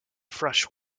fresh